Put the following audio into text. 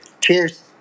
Cheers